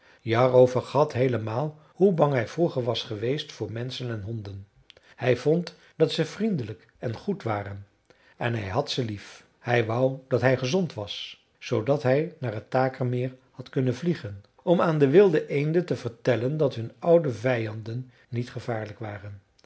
jarro vergat heelemaal hoe bang hij vroeger was geweest voor menschen en honden hij vond dat ze vriendelijk en goed waren en hij had ze lief hij wou dat hij gezond was zoodat hij naar het takermeer had kunnen vliegen om aan de wilde eenden te vertellen dat hun oude vijanden niet gevaarlijk waren